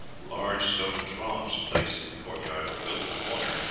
large stone troughs placed in the court-yard were filled with water,